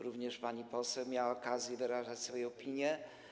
Również pani poseł miała okazję wyrażać swoje opinie.